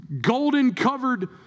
golden-covered